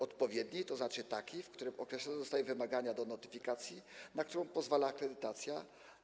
Odpowiedni, to znaczy taki, w którym określone zostają wymagania do notyfikacji, na którą pozwala akredytacja.